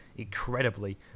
Incredibly